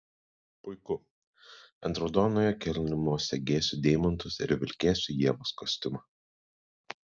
puiku ant raudonojo kilimo segėsiu deimantus ir vilkėsiu ievos kostiumą